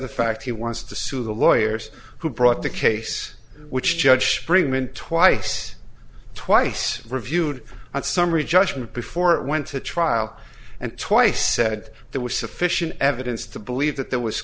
the fact he wants to sue the lawyers who brought the case which judge brinkman twice twice reviewed on summary judgment before it went to trial and twice said there was sufficient evidence to believe that there was